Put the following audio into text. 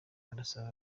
arasaba